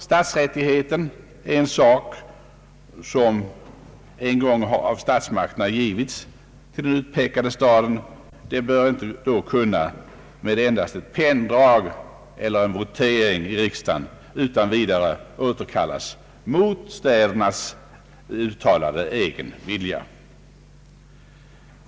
Stadsrättigheterna har en gång av statsmakterna givits den utpekade staden och bör inte kunna med endast ett penndrag eller en votering i riksdagen återkallas mot stadens uttalade egna vilja.